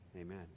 Amen